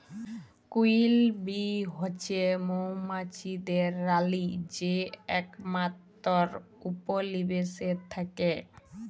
queen bee হছে মোমাছিদের রালী যে একমাত্তর উপলিবেশে থ্যাকে